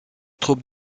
troupes